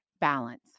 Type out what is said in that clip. balance